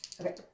Okay